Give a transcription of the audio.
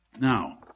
Now